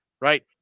right